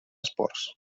esports